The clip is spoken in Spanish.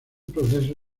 proceso